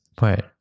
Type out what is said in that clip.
Right